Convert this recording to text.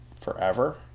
forever